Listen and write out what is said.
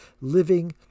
living